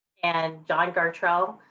and john gartrell,